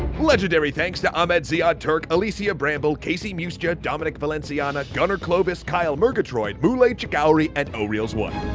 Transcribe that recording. legendary thanks to ahmed ziad turk alicia bramble casey muscha dominic valenciana gunner clovis. kyle murgatroyd moulay jakaori, and o'reel's one